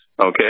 Okay